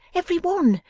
every one,